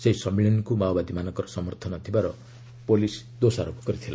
ସେହି ସମ୍ମିଳନୀକୁ ମାଓବାଦୀମାଙ୍କର ସମର୍ଥନ ଥିବାର ପ୍ରୁଲିସ ଦୋଷାରୋପ କରିଥିଲା